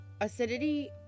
Acidity